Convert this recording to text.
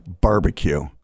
barbecue